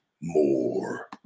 more